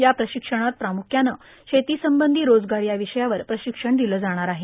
या प्र्राशक्षणात प्रामुख्यानं शेतीसंबंधी रोजगार या ाविषयावर प्र्राशक्षण दिलं जाणार आहे